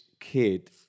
kid